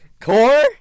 Core